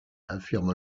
affirme